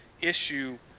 issue